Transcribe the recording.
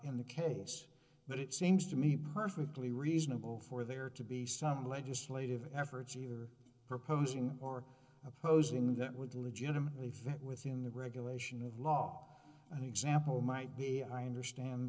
in the case but it seems to me perfectly reasonable for there to be some legislative efforts you're proposing or opposing that would legitimately fit within the regulation of law and example might be i understand